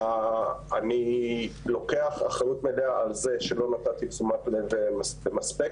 אני לוקח אחריות מלאה על זה שלא נתתי תשומת לב מספקת,